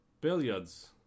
Billiards